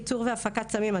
ייצור והפקת סמים,